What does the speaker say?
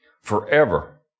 forever